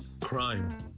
Crime